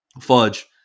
Fudge